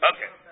Okay